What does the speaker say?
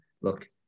look